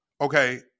Okay